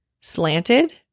slanted